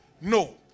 no